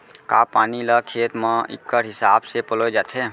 का पानी ला खेत म इक्कड़ हिसाब से पलोय जाथे?